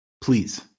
please